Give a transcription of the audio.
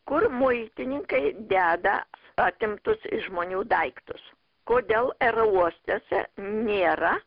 kur muitininkai deda atimtus iš žmonių daiktus kodėl aerouostuose nėra